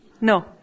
No